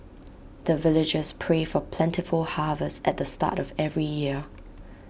the villagers pray for plentiful harvest at the start of every year